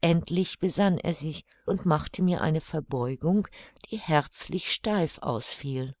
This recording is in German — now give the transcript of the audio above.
endlich besann er sich und machte mir eine verbeugung die herzlich steif ausfiel